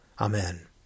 Amen